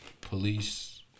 police